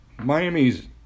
Miami's